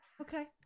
Okay